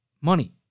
money